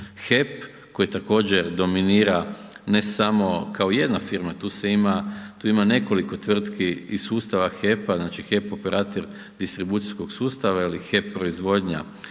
HEP koji također dominira ne samo kao jedna firma, tu ima nekoliko tvrtki iz sustava HEP-a, znači HEP operator distribucijskog sustava ili HEP proizvodnja